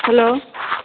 hello